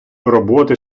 роботи